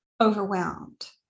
overwhelmed